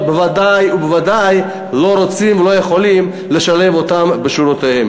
בוודאי ובוודאי לא רוצים ולא יכולים לשלב אותם בשורותיהם.